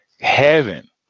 Heaven